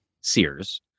Sears